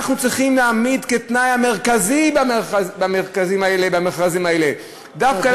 אנחנו צריכים להעמיד כתנאי המרכזי במכרזים האלה דווקא,